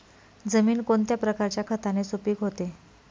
जमीन कोणत्या प्रकारच्या खताने सुपिक होते?